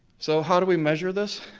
so how do we measure this?